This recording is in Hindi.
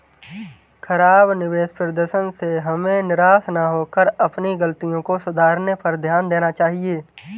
खराब निवेश प्रदर्शन से हमें निराश न होकर अपनी गलतियों को सुधारने पर ध्यान देना चाहिए